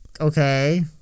okay